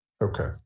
Okay